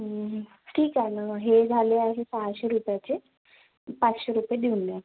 ठीक आहे ना मग हे झाले आहे सहाशे रुपयाचे पाचशे रुपये देऊन द्या